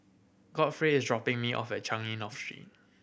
Godfrey is dropping me off at Changi North Street